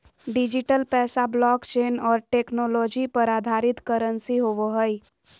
digital पैसा blockchain और technology पर आधारित करंसी होवो हइ